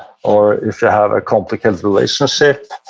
or if you have a complicated relationship,